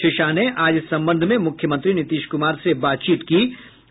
श्री शाह ने आज इस संबंध में मुख्यमंत्री नीतीश कुमार से बात की है